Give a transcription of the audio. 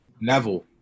Neville